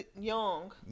young